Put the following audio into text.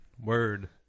Word